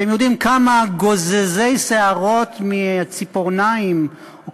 אתם יודעים כמה גוזזי שערות מהציפורניים או